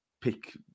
pick